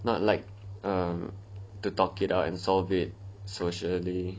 not like to talk it out and solve it socially